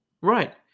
Right